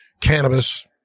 cannabis